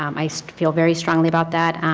um i so feel very strongly about that.